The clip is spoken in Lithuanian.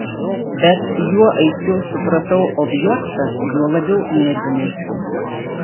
bet juo aiškiau supratau objektą juo labiau nervinausi